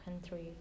country